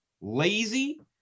lazy